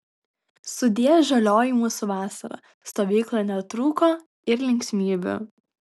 sudie žalioji mūsų vasara stovykloje netrūko ir linksmybių